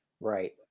right